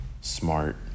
smart